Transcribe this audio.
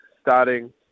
starting